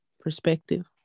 perspective